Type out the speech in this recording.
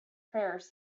prayers